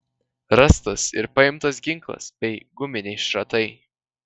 rastas ir paimtas ginklas bei guminiai šratai